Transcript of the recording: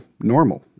normal